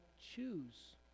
choose